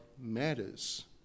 matters